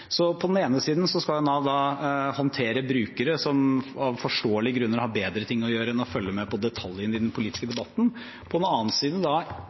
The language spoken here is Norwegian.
På den ene siden skal Nav håndtere brukere som av forståelige grunner har bedre ting å gjøre enn å følge med på detaljene i den politiske debatten. På den andre siden